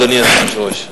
אדוני סגן היושב-ראש.